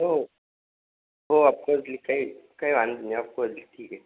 हो हो अफकोर्सली कही काही वांदा नाही अफकोर्सली ठीक आहे